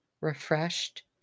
refreshed